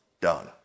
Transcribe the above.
done